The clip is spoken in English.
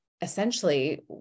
essentially